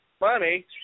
money